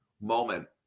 moment